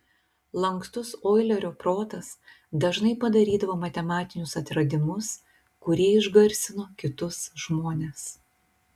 lankstus oilerio protas dažnai padarydavo matematinius atradimus kurie išgarsino kitus žmones